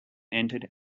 entered